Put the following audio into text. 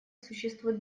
существуют